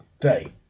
day